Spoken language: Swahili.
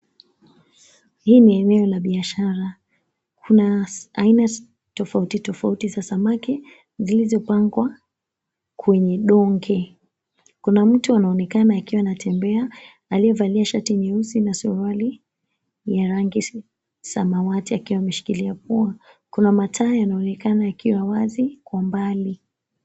Hii ni eneo la biashara. Kuna aina tofauti tofauti za samaki zilizopangwa kwenye donge. Kuna mtu anaonekana akiwa anatembea aliyevalia shati nyeusi na suruali ya rangi samawati aliwa ameshikilia pua. Kuna mataa yanaonekana yakiwa wazi kwa mbali.